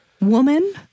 Woman